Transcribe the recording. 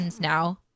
now